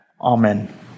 Amen